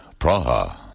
Praha